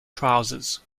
trousers